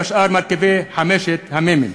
מרכיבי חמשת המ"מים.